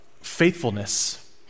faithfulness